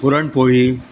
puran poli